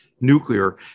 nuclear